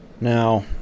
Now